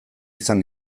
izan